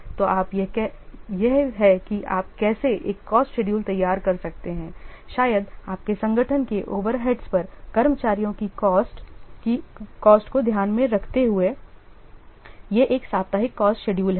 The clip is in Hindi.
तो यह है कि आप कैसे एक कॉस्ट शेडूल तैयार कर सकते हैं शायद आपके संगठन के ओवरहेड्स पर कर्मचारियों की कॉस्ट को ध्यान में रखते हुए यह एक साप्ताहिक कॉस्ट शेडूल है